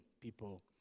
people